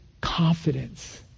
confidence